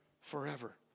forever